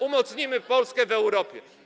Umocnimy Polskę w Europie.